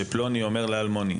שפלוני אומר לאלמוני,